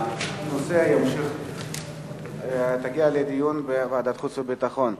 הנושא יגיע לדיון בוועדת החוץ והביטחון.